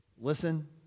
Listen